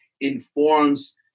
informs